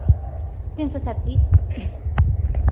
तीन सौ छत्तीस